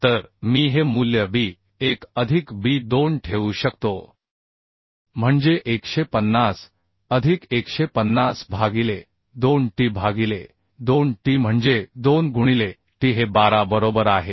तर मी हे मूल्य b1 अधिक b2 ठेवू शकतो म्हणजे 150 अधिक 150 भागिले 2t भागिले 2t म्हणजे 2 गुणिले t हे 12 बरोबर आहे